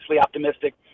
optimistic